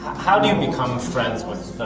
how do you become friends with